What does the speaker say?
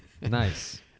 Nice